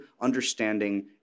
understanding